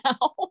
now